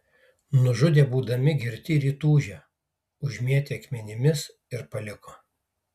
nužudė būdami girti ir įtūžę užmėtė akmenimis ir paliko